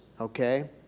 Okay